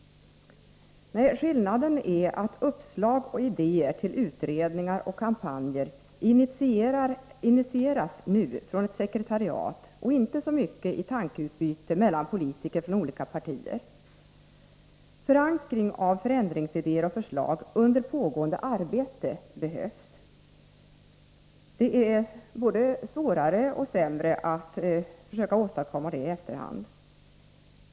Skillnaden är att uppslag och idéer till utredningar och kampanjer nu initieras från ett sekretariat och inte så mycket i tankeutbytet mellan politiker från olika partier. Förankringen av förändringsidéer och förslag under pågående arbete behövs. Det är både svårare och ger sämre resultat att försöka åstadkomma detta i efterhand.